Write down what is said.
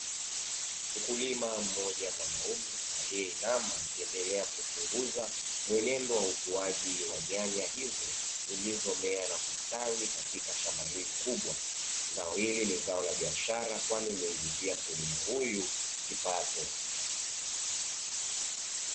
Mkulima mmoja mwanamume aliyeinama akiendelea kuchunguza mwenendo wa ukuaji wa nyanya hizo zilizomea na kustawi katika shamba hili kubwa, zao hili ni zao la biashara kwani humuingizia mkulima huyo kipato.